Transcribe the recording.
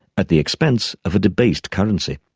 at the expense of a debased currency.